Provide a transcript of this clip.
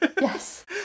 yes